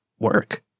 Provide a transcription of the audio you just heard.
work